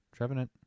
trevenant